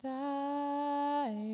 thy